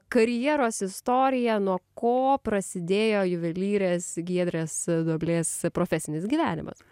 karjeros istoriją nuo ko prasidėjo juvelyrės giedrės duoblės profesinis gyvenimas